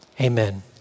Amen